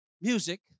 music